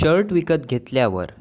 shirt विकत घेतल्यावर